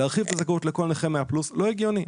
להרחיב את הזכאות לכל נכה 100 פלוס, לא הגיוני.